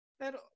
pero